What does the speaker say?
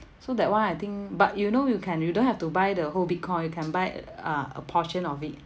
so that [one] I think but you know you can you don't have to buy the whole bitcoin you can buy uh a portion of it